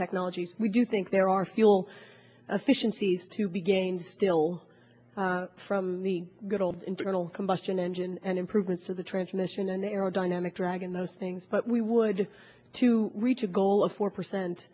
technologies we do think there are fuel efficiencies to be gained still from the good old internal combustion engine and improvements to the transmission aerodynamic drag in those things but we would to reach a goal of four percent